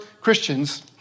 Christians